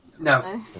No